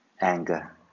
anger